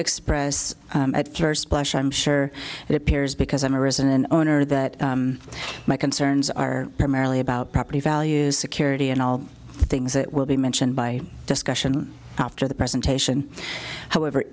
express that cursed blush i'm sure it appears because i'm a resident owner that my concerns are primarily about property values security and all things that will be mentioned by discussion after the presentation however